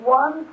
one